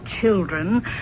children